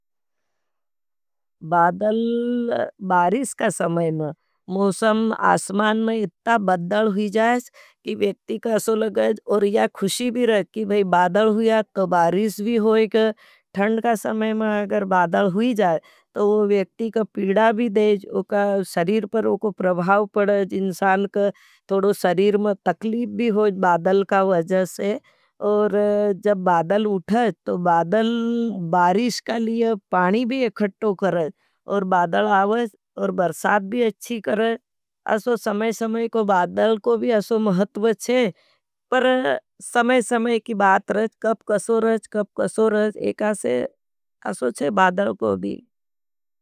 बादल बारिश का समय में, मोसम आस्मान में इत्ता बद्धल हुई जाएज, कि वेक्ती कासो लगेज। और या खुशी भी रहेज, कि भी बादल हुया तो बारिश भी होईगा। थंड का समय में अगर बादल हुई जाएज, तो वेक्ती का पीड़ा भी देज। उका सरीर पर ऊखो प्रभाव पड़त। इंसान को थोड़ो शरीर माँ तकलीफ़ भी हॉट। बादल का वजह से उर जब बादल उठत। ताऊ बादल बारिश के लिए पानी भी इख्खट्ठा करात। बादल आवेज, बर्शात भी अच्छी करेज। असो समय-समय को बादल को भी असो महत्वच चे, पर समय-समय की बात रहेज। कप कसो रहेज, कप कसो रहेज, एक आसे असो चे बादल को भी।